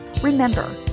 Remember